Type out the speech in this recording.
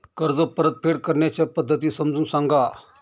कर्ज परतफेड करण्याच्या पद्धती समजून सांगा